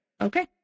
okay